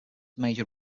major